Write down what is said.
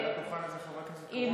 מעל הדוכן הזה גם קראו לו "רוצח".